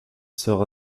sera